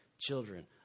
Children